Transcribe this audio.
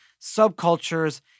subcultures